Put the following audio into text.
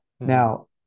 Now